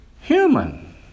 human